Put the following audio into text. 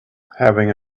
having